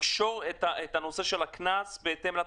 טרנספונדר במז"ם.